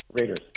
Raiders